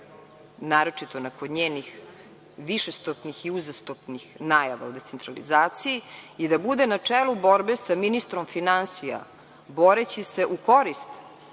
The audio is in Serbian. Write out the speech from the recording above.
naročito kod njenih višestotnih i uzastopnih najava o decentralizaciji i da bude na čelu borbe sa ministrom finansija boreći se u korist